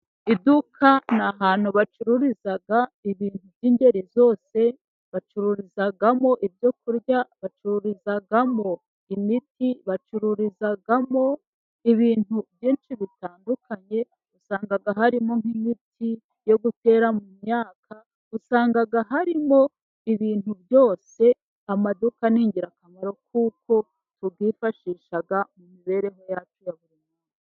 Iduka ni ahantu bacururiza ibintu by'ingeri zose: bacururizamo ibyokurya, bacururizamo imiti, bacururizagamo ibintu byinshi bitandukanye wasanga harimo nk'imiti yo gutera mu myaka, usanga harimo ibintu byose. Amaduka ni ingirakamaro kuko tuyifashish mu mibereho yacu ya buri bunsi.